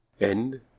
End